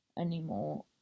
anymore